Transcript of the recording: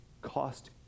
cost